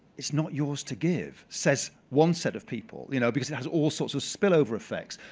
it's not yours to give, says one set of people, you know because it has also sorts of spillover effects.